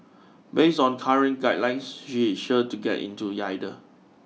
based on current guidelines she is sure to get into it either